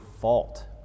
fault